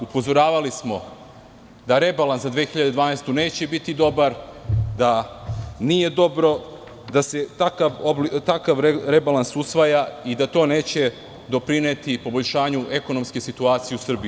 Upozoravali smo da rebalans za 2012. godinu neće biti dobar, da nije dobro da se takav rebalans usvaja i da to neće doprineti poboljšanju ekonomske situacije u Srbiji.